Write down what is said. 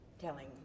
telling